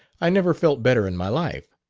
i never felt better in my life.